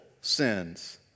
sins